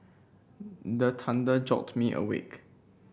the thunder jolt me awake